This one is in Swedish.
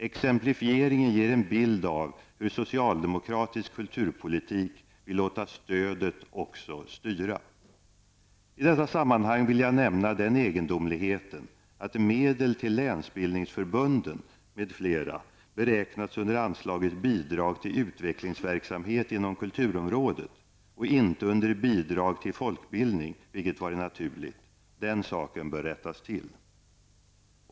Exemplifieringen ger en bild av hur socialdemokratisk kulturpolitik vill låta stödet också styra. I detta sammanhang vill jag nämna den egendomligheten att medel till länsbildningsförbunden m.fl. beräknats under anslaget Bidrag till utvecklingsverksamhet inom kulturområdet och inte under Bidrag till folkbildning vilket varit naturligt. Den saken bör rättas till.